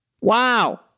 wow